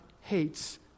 hates